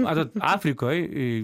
matot afrikoj